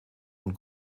und